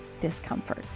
discomfort